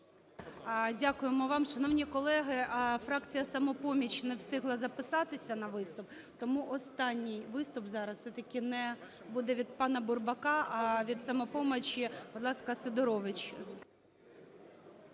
Дякуємо вам. Шановні колеги, фракція "Самопоміч" не встигла записатися на виступ, тому останній виступ зараз все-таки не буде від пана Бурбака, а від "Самопомочі". Будь ласка, Сидорович.